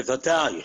בוודאי.